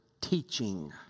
teaching